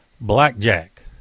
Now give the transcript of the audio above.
Blackjack